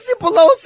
Pelosi